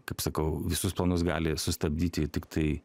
kaip sakau visus planus gali sustabdyti tiktai